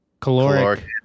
caloric